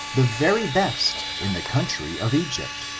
the very best in the country of egypt